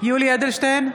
יולי יואל אדלשטיין,